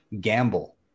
gamble